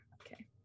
Okay